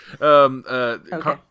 Okay